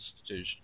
institution